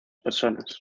personas